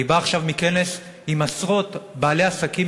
אני בא עכשיו מכנס עם עשרות בעלי עסקים